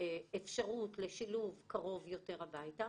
אפשרות לשילוב קרוב יותר הביתה.